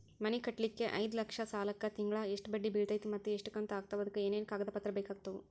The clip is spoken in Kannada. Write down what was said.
ಮನಿ ಕಟ್ಟಲಿಕ್ಕೆ ಐದ ಲಕ್ಷ ಸಾಲಕ್ಕ ತಿಂಗಳಾ ಎಷ್ಟ ಬಡ್ಡಿ ಬಿಳ್ತೈತಿ ಮತ್ತ ಎಷ್ಟ ಕಂತು ಆಗ್ತಾವ್ ಅದಕ ಏನೇನು ಕಾಗದ ಪತ್ರ ಬೇಕಾಗ್ತವು?